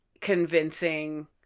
convincing